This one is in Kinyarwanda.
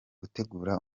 gutegura